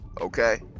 Okay